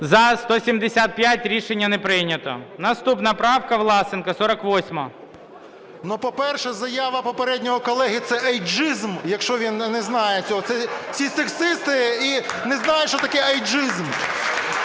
За-175 Рішення не прийнято. Наступна правка Власенка 48-а. 11:49:14 ВЛАСЕНКО С.В. По-перше, заява попереднього колеги – це ейджизм, якщо він не знає цього, це всі сексисти і не знають, що таке ейджизм.